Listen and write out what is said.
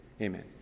Amen